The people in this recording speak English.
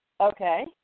Okay